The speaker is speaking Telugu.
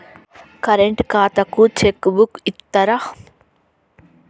కరెంట్ ఖాతాకు చెక్ బుక్కు ఇత్తరా?